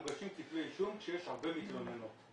מוגשים כתבי אישום כשיש הרבה מתלוננות,